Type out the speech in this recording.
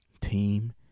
team